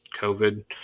COVID